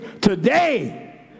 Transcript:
today